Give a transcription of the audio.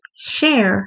share